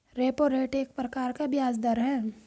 repo rate एक प्रकार का ब्याज़ दर है